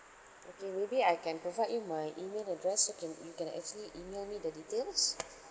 okay maybe I can provide you my email address so can you can actually email me the details